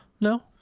No